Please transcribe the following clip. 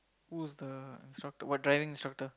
who's the instructor what driving instructor